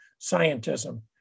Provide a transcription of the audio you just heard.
scientism